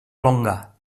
longa